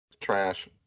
trash